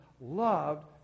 loved